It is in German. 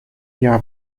jahr